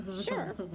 Sure